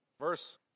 verse